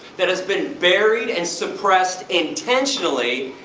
that is been buried and suppressed, intentionally,